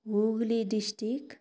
Hooghly district